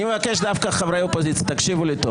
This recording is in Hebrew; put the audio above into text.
אני מבקש דווקא מחברי האופוזיציה, תקשיבו לי טוב.